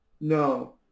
No